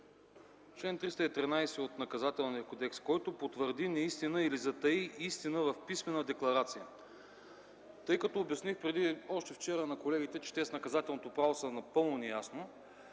Член 313 от Наказателния кодекс: „Който потвърди неистина или затаи истина в писмена декларация”. Тъй като обясних още вчера на колегите, че те са напълно неясно